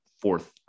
fourth